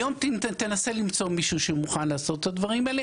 היום תנסה למצוא מישהו שמוכן לעשות את הדברים האלה.